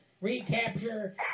recapture